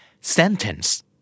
Sentence